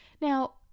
Now